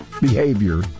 behavior